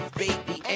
baby